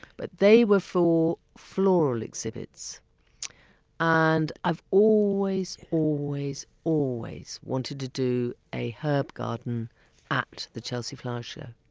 but they were for floral exhibits and i've always, always, always wanted to do a herb garden at the chelsea flower show.